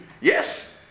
Yes